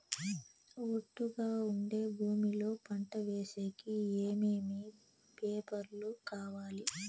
ఒట్టుగా ఉండే భూమి లో పంట వేసేకి ఏమేమి పేపర్లు కావాలి?